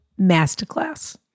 masterclass